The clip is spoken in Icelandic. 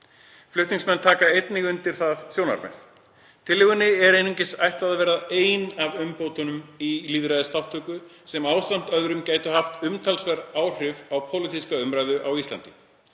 Flutningsmenn taka einnig undir það sjónarmið. Tillögunni er einungis ætlað að vera ein af umbótum í lýðræðisþátttöku sem ásamt öðrum gætu haft umtalsverð áhrif á pólitíska umræðu á Íslandi.